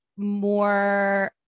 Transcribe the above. more